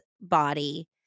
body